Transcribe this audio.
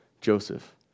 joseph